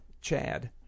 Chad